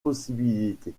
possibilités